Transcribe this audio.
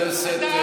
ראש הממשלה, בקלפי.